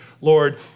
Lord